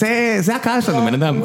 זה... זה הקהל שלנו, בן אדם.